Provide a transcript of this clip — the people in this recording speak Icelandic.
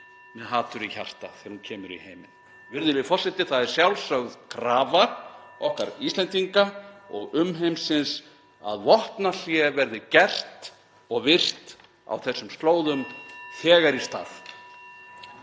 með hatur í hjarta þegar hún kemur í heiminn. Virðulegi forseti. (Forseti hringir.) Það er sjálfsögð krafa okkar Íslendinga og umheimsins að vopnahlé verði gert og virt á þessum slóðum þegar í stað.